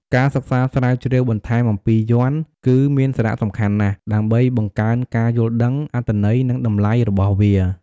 ការសិក្សាស្រាវជ្រាវបន្ថែមអំពីយ័ន្ត គឺមានសារៈសំខាន់ណាស់ ដើម្បីបង្កើនការយល់ដឹង អត្ថន័យ និងតម្លៃរបស់វា។